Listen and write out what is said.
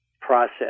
process